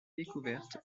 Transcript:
découverte